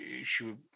issue